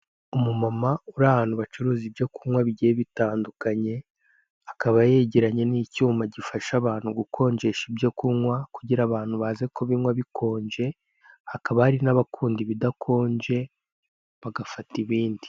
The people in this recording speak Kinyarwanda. Umumama uri ahantu bacuruza ibyo kunywa bigiye bitandukanye, akaba yegeranye n'icyuma gifasha abantu gukonjesha ibyo kunywa kugira abantu baze kubinywa bikonje, hakaba hari n'abakunda ibidakonje, bagafata ibindi.